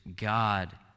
God